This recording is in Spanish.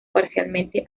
parcialmente